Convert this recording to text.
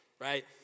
right